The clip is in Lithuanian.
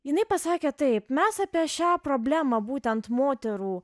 jinai pasakė taip mes apie šią problemą būtent moterų